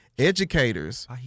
educators